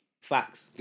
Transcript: Facts